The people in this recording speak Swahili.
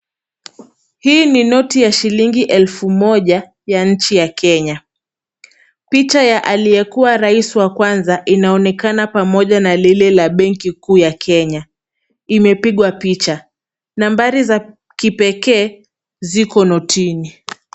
Hii ni noti ya shilingi elfu moja ya nchi ya Kenya. Picha ya aliekuwa raiswa kwanza inaonekana pamoja na lile la banki kuu ya Kenya. Imepigwa picha. Nambari za kipekee, ziko notini.